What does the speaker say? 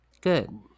good